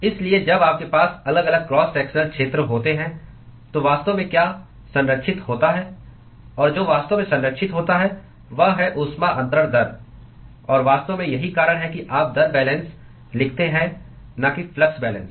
इसलिए जब आपके पास अलग अलग क्रॉस सेक्शनल क्षेत्र होते हैं तो वास्तव में क्या संरक्षित होता है और जो वास्तव में संरक्षित होता है वह है ऊष्मा अंतरण दर और वास्तव में यही कारण है कि आप दर बैलेंस लिखते हैं न कि फ्लक्स बैलेंस